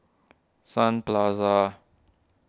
Sun Plaza